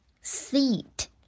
seat